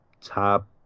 top